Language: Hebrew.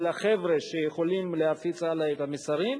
חבר'ה שיכולים להפיץ הלאה את המסרים.